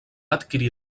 adquirir